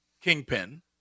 Kingpin